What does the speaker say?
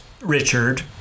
Richard